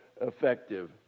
effective